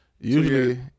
usually